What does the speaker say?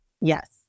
Yes